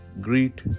greet